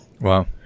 Wow